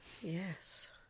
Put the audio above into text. Yes